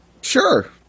sure